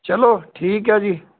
ਚਲੋ ਠੀਕ ਹੈ ਜੀ